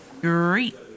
Great